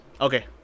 Okay